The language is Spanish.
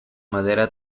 madera